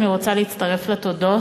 אני רוצה להצטרף לתודות.